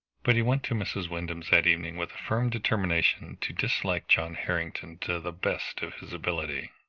but he went to mrs. wyndham's that evening with a firm determination to dislike john harrington to the best of his ability.